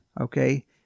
okay